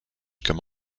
comme